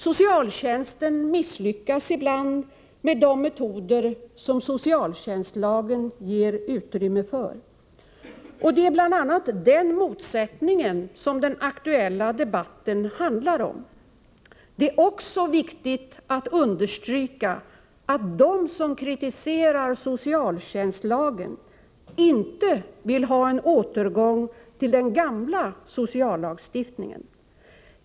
Socialtjänsten misslyckas ibland med de metoder som socialtjänstlagen ger utrymme för. Det är bl.a. den motsättningen den aktuella debatten handlar om. Det är också viktigt att understryka att de som kritiserar socialtjänstlagen inte vill ha en återgång till den gamla sociallagstiftningen.